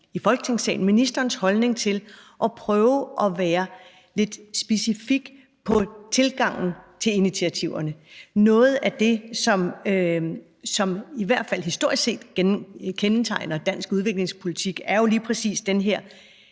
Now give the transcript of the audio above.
i Folketingssalen at høre ministerens holdning til at prøve at være lidt specifik i forhold til tilgangen til initiativerne. Noget af det, som kendetegner, i hvert fald historisk set, dansk udviklingspolitik, er lige præcis den her